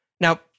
Now